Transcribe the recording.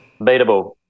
Beatable